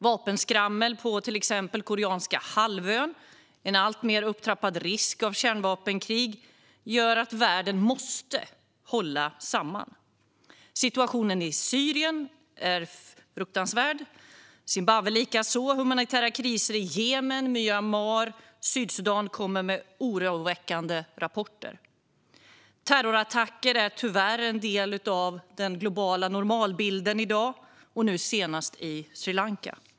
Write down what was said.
Vapenskrammel på den koreanska halvön och en alltmer upptrappad risk för kärnvapenkrig gör att världen måste hålla samman. Situationen i Syrien är fruktansvärd, likaså i Zimbabwe, och vi får oroväckande rapporter från de humanitära kriserna i Jemen, Myanmar och Sydsudan. Terrorattacker är tyvärr en del av den globala normalbilden i dag - nu senast i Sri Lanka.